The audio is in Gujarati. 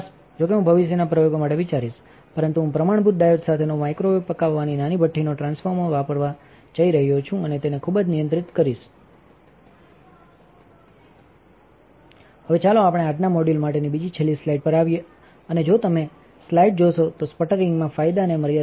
જો કે હું ભવિષ્યના પ્રયોગો માટેવિચારીશ પરંતુ હું પ્રમાણભૂત ડાયોડ સાથેનો માઇક્રોવેવ પકાવવાની નાની ભઠ્ઠીનો ટ્રાન્સફોર્મર વાપરવા જઇ રહ્યો છું અને તેને ખૂબ જ નિયંત્રિત કરીશ હવે ચાલો આપણે આજનાં મોડ્યુલ માટેની બીજી છેલ્લી સ્લાઇડ પર આવીએ અને જો તમે સ્લાઇડ જોશો તોસ્પટરિંગમાં ફાયદા અને મર્યાદાઓ છે